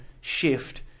shift